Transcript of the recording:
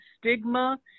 stigma